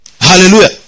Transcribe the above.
Hallelujah